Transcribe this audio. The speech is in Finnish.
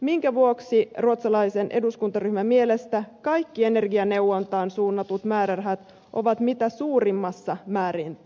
minkä vuoksi ruotsalaisen eduskuntaryhmän mielestä kaikki energianeuvontaan suunnatut määrärahat ovat mitä suurimmassa määrin tarpeellisia